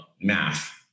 math